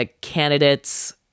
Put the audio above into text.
candidates